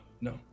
no